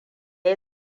ya